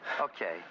Okay